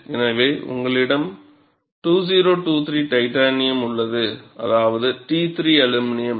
எனவே உங்களிடம் 2023 டைட்டானியம் உள்ளது அதாவது T3 அலுமினியம்